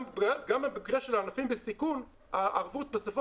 גם במקרה של הענפים בסיכון הערבות בסופו